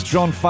John